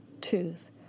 Tooth